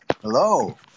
Hello